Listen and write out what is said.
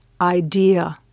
idea